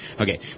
Okay